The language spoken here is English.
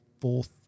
fourth